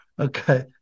Okay